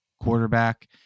quarterback